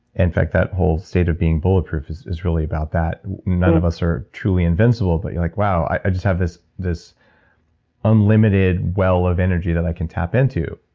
in fact, that whole state of being bulletproof is is really about that. none of us are truly invincible, but you're like wow, i just have this this unlimited well of energy that i can tap into.